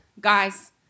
guys